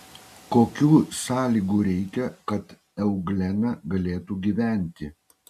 kokių sąlygų reikia kad euglena galėtų gyventi